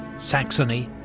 saxony,